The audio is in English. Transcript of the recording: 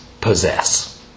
possess